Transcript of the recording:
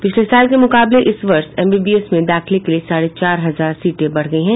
पिछले साल के मुकाबले इस वर्ष एमबीबीएस में दाखिले के लिये साढ़े चार हजार सीटें बढ़ गयी हैं